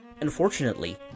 Unfortunately